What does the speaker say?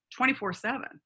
24-7